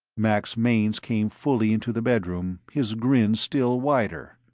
max mainz came fully into the bedroom, his grin still wider.